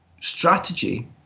strategy